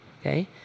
okay